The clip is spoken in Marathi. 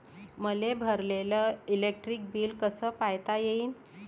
मले भरलेल इलेक्ट्रिक बिल कस पायता येईन?